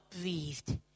breathed